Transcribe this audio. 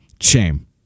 shame